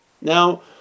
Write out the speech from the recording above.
Now